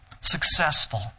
successful